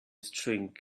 string